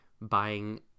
buying